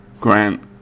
Grant